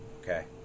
Okay